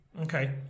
Okay